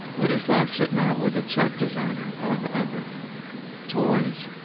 ladislav sutnar was a check designer of everything toys,